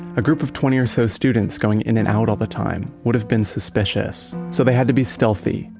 a group of twenty or so students going in and out all the time would've been suspicious. so they had to be stealthy.